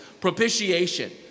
Propitiation